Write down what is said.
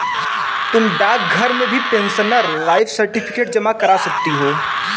तुम डाकघर में भी पेंशनर लाइफ सर्टिफिकेट जमा करा सकती हो